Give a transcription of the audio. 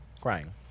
Crying